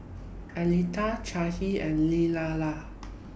Altha Chaya and Lella